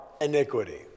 iniquity